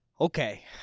Okay